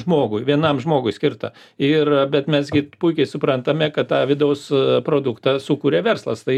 žmogui vienam žmogui skirtą ir bet mes gi puikiai suprantame kad tą vidaus produktą sukuria verslas tai